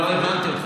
לא הבנתי אותך,